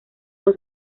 con